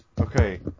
Okay